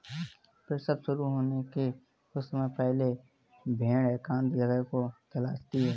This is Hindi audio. प्रसव शुरू होने के कुछ समय पहले भेड़ एकांत जगह को तलाशती है